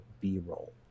b-roll